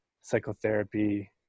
psychotherapy